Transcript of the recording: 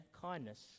kindness